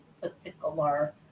particular